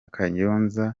kayonza